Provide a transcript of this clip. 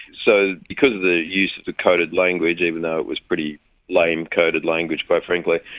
so because of the use of the coded language, even though it was pretty lame coded language quite frankly,